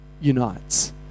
unites